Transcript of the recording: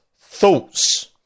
thoughts